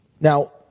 Now